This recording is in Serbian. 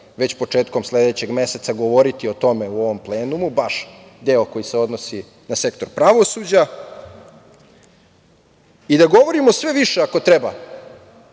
već početkom sledećeg meseca govoriti o tome u ovom plenumu, baš deo koji se odnosi na sektor pravosuđa. Da govorimo sve više, ako treba,